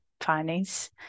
findings